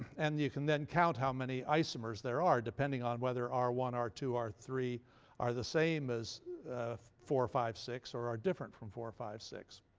and you can then count how many isomers there are, depending on whether r one, r two, r three are the same as four, five, six, or are different from four, five, six.